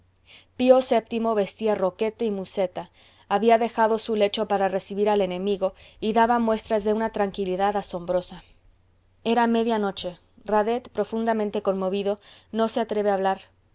pío vii vestía roquete y muceta había dejado su lecho para recibir al enemigo y daba muestras de una tranquilidad asombrosa era media noche radet profundamente conmovido no se atreve a hablar